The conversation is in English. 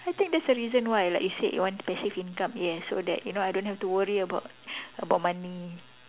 I think that's the reason why like you said you want passive income yes so that you know I don't have to worry about about money